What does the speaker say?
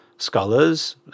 scholars